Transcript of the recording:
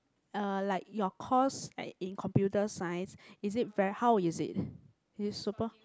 uh like your course like in computer sciences is it very how is it it's super